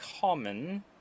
common